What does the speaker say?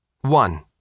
One